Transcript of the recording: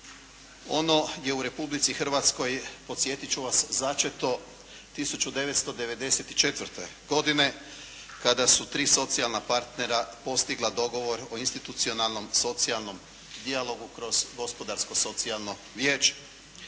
ono je u Republici Hrvatskoj podsjetit ću vas začeto 1994. godine kada su tri socijalna partnera postigla dogovor o institucionalnom socijalnom dijalogu kroz Gospodarsko socijalno vijeće.